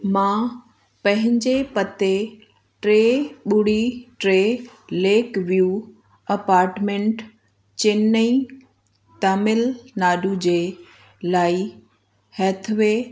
मां पंहिंजे पते टे ॿुड़ी टे lake view apartment Chennai Tamil Nadu जे लाइ हैथवे